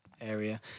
area